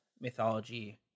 mythology